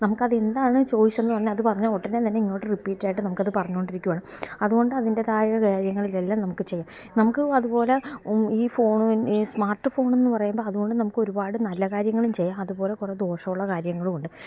നമുക്കതെന്താണ് ചോദിച്ചെന്ന് അത് പറഞ്ഞാൽ ഉടനെ തന്നെ ഇങ്ങോട്ട് റിപ്പീറ്റ് ആയിട്ട് നമുക്കത് പറഞ്ഞോണ്ടിരിക്കുവാണ് അതുകൊണ്ട് അതിന്റെതായ കാര്യങ്ങളിലെല്ലാം നമുക്ക് ചെയ്യാം നമുക്ക് അതുപോലെ ഈ ഫോണ് ഈ സ്മാർട്ട് ഫോണെന്ന് പറയുമ്പോൾ അതുകൊണ്ട് നമുക്ക് ഒരുപാട് നല്ല കാര്യങ്ങളും ചെയ്യാം അതുപോലെ കുറെ ദോഷമുള്ള കാര്യങ്ങളും ഉണ്ട്